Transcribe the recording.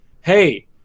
hey